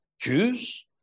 Jews